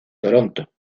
toronto